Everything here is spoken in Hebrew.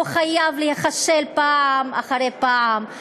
הוא חייב להיכשל פעם אחרי פעם.